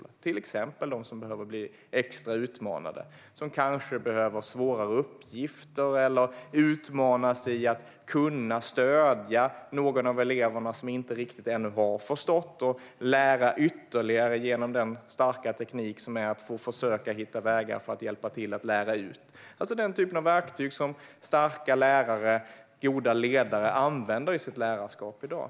Det gäller till exempel dem som behöver bli extra utmanade och som kanske behöver svårare uppgifter eller utmanas i att kunna stödja någon av de andra eleverna som ännu inte riktigt har förstått och lära ytterligare genom den starka teknik som det innebär att försöka hitta vägar för att hjälpa till att lära ut. Det handlar alltså om den typen av verktyg som starka lärare och goda ledare använder i sitt lärarskap i dag.